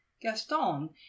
Gaston